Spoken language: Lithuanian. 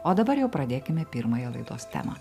o dabar jau pradėkime pirmąją laidos temą